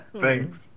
Thanks